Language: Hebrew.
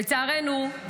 לצערנו,